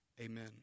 Amen